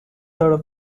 third